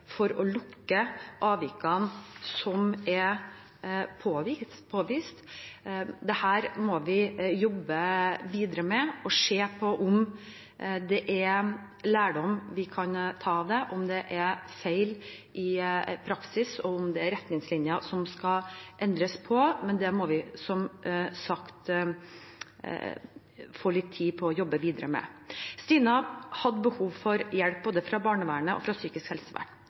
for å lukke avvikene som er påvist. Dette må vi jobbe videre med og se på om vi kan ta lærdom av det, om det er feil i praksis, og om det er retningslinjer som skal endres på, men det må vi som sagt få litt tid til å jobbe videre med. «Stina» hadde behov for hjelp både fra barnevernet og fra psykisk helsevern.